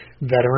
veteran